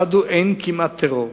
אחד הוא: אין כמעט טרור.